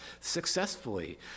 successfully